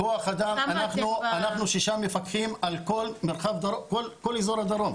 כוח אדם אנחנו שישה מפקחים על כל אזור הדרום,